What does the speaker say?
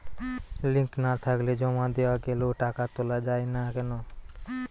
Link না থাকলে জমা দেওয়া গেলেও টাকা তোলা য়ায় না কেন?